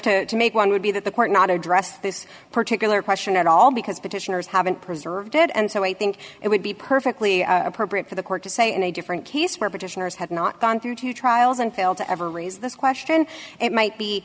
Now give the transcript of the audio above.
enough to make one would be that the court not address this particular question at all because petitioners have been preserved and so i think it would be perfectly appropriate for the court to say in a different case where petitioners had not gone through two trials and failed to ever raise this question it might be